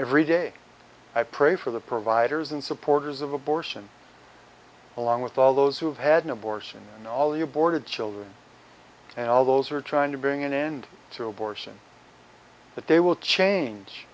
every day i pray for the providers and supporters of abortion along with all those who have had an abortion and all the aborted children and all those who are trying to bring an end to abortion that they will change